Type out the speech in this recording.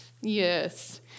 yes